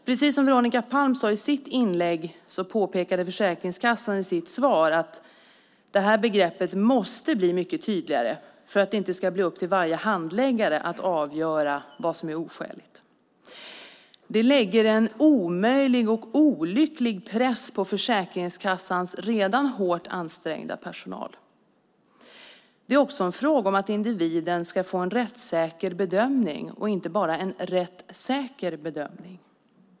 Precis som Veronica Palm sade i sitt inlägg påpekade Försäkringskassan i sitt svar att detta begrepp måste bli tydligare för att det inte ska bli upp till varje handläggare att avgöra vad som är oskäligt. Det lägger en omöjlig och olycklig press på Försäkringskassans redan hårt ansträngda personal. Det är också en fråga om att individen ska få en rättssäker bedömning och inte bara en rätt säker bedömning.